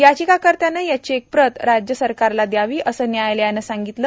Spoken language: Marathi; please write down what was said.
याचिकाकर्त्यानं याची एक प्रत राज्य सरकारला द्यावी असं न्यायालयानं सांगितलं